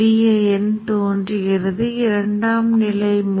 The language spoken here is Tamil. பின்னர் இங்கே என்ன நடக்கிறது என்பதைப் பார்க்க காத்திருக்கவும்